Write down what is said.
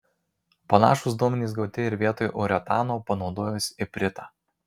panašūs duomenys gauti ir vietoj uretano panaudojus ipritą